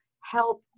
help